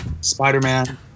Spider-Man